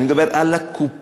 אני מדבר על הקופות,